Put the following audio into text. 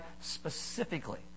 specifically